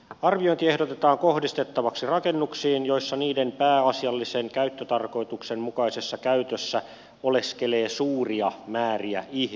arviointi ehdotetaan kohdistettavaksi rakennuksiin joissa niiden pääasiallisen käyttötarkoituksen mukaisessa käytössä oleskelee suuria määriä ihmisiä